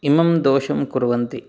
इमं दोषं कुर्वन्ति